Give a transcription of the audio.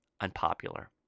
unpopular